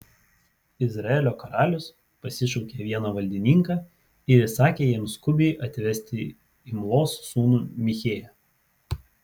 izraelio karalius pasišaukė vieną valdininką ir įsakė jam skubiai atvesti imlos sūnų michėją